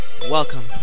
Welcome